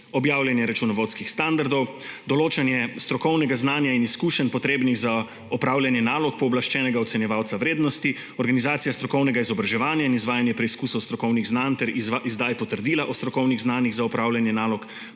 objavljanje računovodskih standardov, določanje strokovnega znanja in izkušenj, potrebnih za opravljanje nalog pooblaščenega ocenjevalca vrednosti, organizacija strokovnega izobraževanja in izvajanje preizkusov strokovnih znanj ter izdaj potrdila o strokovnih znanjih za opravljanje nalog